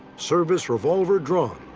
service revolver drawn,